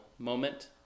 moment